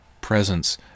presence